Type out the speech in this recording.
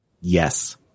Yes